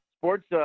sports